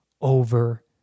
over